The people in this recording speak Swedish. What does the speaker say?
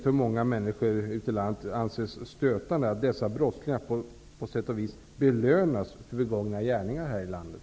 För många människor i landet anses det stötande att dessa brottslingar på sätt och vis belönas för begångna gärningar här i landet.